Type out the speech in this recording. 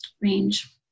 range